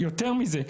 יותר מזה,